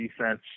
defense